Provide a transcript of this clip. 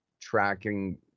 tracking